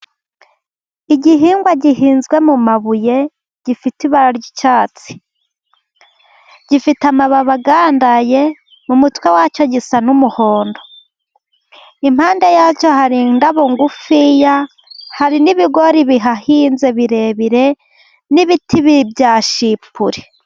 Igihingwa gihinzwe mu mabuye gifite ibara ry'icyatsi. Gifite amababi agandaye, mu mutwe wa cyo gisa n'umuhondo. Impande yacyo hari ingabo ngufiya hari n'ibigori bihahinze birebire, n'ibiti bya shipure.